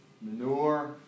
manure